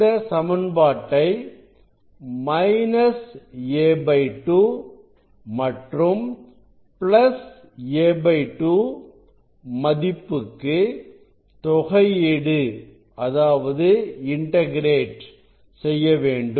இந்த சமன்பாட்டை a2 மற்றும் a2 மதிப்புக்கு தொகையீடு செய்ய வேண்டும்